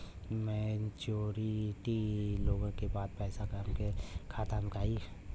Maturity होले के बाद पैसा हमरे खाता में आई?